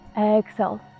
exhale